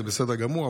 זה בסדר גמור,